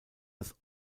das